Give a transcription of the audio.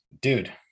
dude